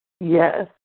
Yes